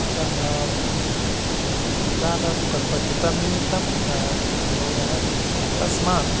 अतः विभागः तु कल्पते तन्निमित्तं च बव् अस्मान्